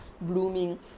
blooming